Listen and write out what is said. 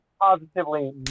positively